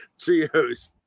trios